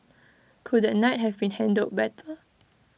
could A night have been handled better